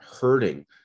hurting